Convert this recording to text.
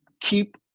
keep